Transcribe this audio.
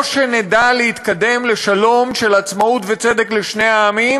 או שנדע להתקדם לשלום של עצמאות וצדק לשני העמים,